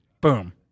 Boom